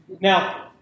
Now